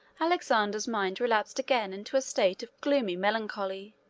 alexander's mind relapsed again into a state of gloomy melancholy.